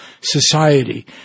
society